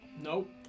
Nope